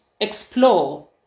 explore